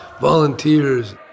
volunteers